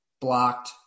blocked